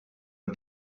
are